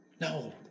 No